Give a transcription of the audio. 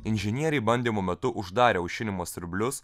inžinieriai bandymų metu uždarė aušinimo siurblius